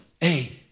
Hey